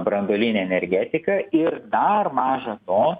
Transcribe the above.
branduolinė energetika ir dar maža to